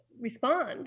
respond